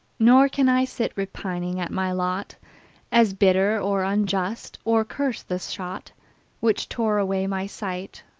nor can i sit repining at my lot as bitter or unjust, or curse the shot which tore away my sight.